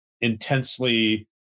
intensely